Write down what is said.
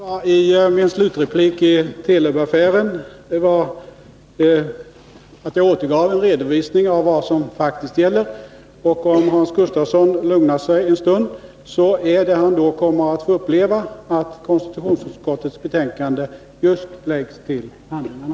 Herr talman! I min slutreplik till Telub-affären lämnade jag en redovisning av vad som faktiskt gäller. Om Hans Gustafsson lugnar sig en stund kommer han då att få uppleva att konstitutionsutskottets betänkande just läggs till handlingarna.